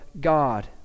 God